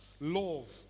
Love